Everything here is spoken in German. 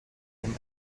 dem